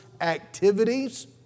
activities